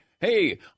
hey